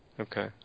Okay